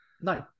no